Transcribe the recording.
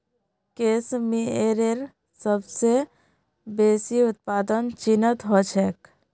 case मेयरेर सबस बेसी उत्पादन चीनत ह छेक